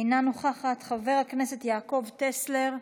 אינה נוכחת, חבר הכנסת יעקב טסלר,